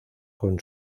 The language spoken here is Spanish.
con